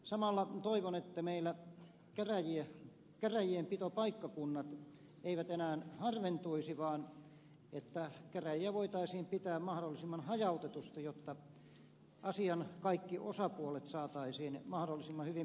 samalla toivon että meillä käräjienpitopaikkakunnat eivät enää harventuisi vaan että käräjiä voitaisiin pitää mahdollisimman hajautetusti jotta asian kaikki osapuolet saataisiin mahdollisimman hyvin paikalle